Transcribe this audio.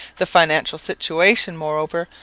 the financial situation, moreover,